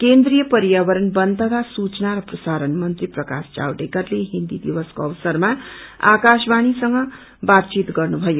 केन्द्रीय पर्यावरण बन तथा सूचना र प्रसारण मन्त्री प्रकाश जावडेकरले हिन्दी दिवसको अवसरमा आकाशवाणीसँग बातचित गर्नुभयो